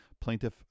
plaintiff